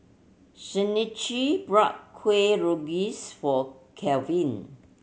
Shanequa bought Kuih Rengas for Kelvin